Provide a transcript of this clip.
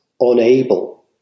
unable